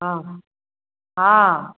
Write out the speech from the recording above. हँ हँ